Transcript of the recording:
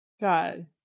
god